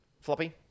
Floppy